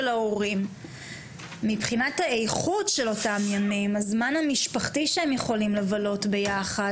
ההורים זה יתרום לזמן המשפחתי שלהם שבו הם יוכלו לבלות ביחד